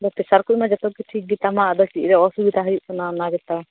ᱟᱫᱚ ᱯᱨᱮᱥᱟᱨ ᱠᱚᱢᱟ ᱡᱚᱛᱚ ᱜᱮ ᱴᱷᱤᱠ ᱜᱮ ᱛᱟᱢᱟ ᱟᱫᱚ ᱪᱮᱫ ᱨᱮ ᱚᱥᱩᱵᱤᱫᱷᱟ ᱦᱩᱭᱩᱜ ᱠᱟᱱᱟ ᱚᱱᱟᱜᱮᱛᱚ